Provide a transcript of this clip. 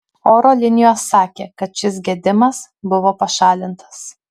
oro linijos sakė kad šis gedimas buvo pašalintas